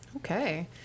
Okay